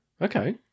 Okay